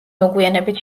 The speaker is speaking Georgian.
მოგვიანებით